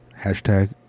hashtag